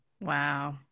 Wow